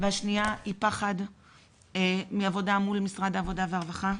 והשני, הוא פחד מעבודה מול משרד העבודה והרווחה.